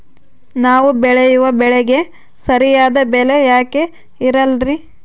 ನಾವು ಬೆಳೆಯುವ ಬೆಳೆಗೆ ಸರಿಯಾದ ಬೆಲೆ ಯಾಕೆ ಇರಲ್ಲಾರಿ?